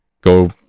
Go